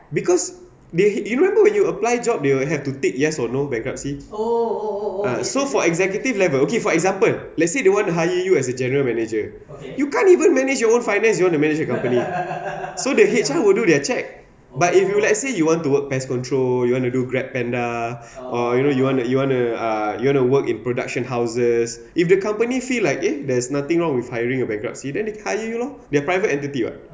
because they you remember when you apply job they will have to tick yes or no bankruptcy ah so for executive level okay for example let's say they want to hire you as a general manager you can't even manage your own finance you wanna manage company so the H_R will do their check but if you let's say you want to work pest control you want to do Grab Panda or you know you wanna you wanna you wanna uh work in production houses if the company feel like eh there's nothing wrong with hiring a bankruptcy then they can hire you lor private entity [what]